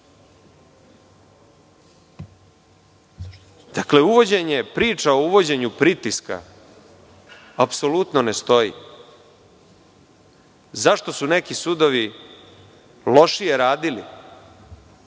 Ko drugi? Priča o uvođenju pritiska apsolutno ne stoji.Zašto su neki sudovi lošije radili?